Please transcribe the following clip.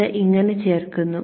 അത് ഇങ്ങനെ ചേർക്കുന്നു